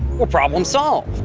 well, problem solved!